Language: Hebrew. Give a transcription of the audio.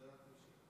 שאלת המשך.